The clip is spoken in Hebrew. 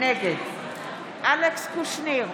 נגד אלכס קושניר,